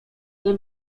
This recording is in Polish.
nie